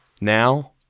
Now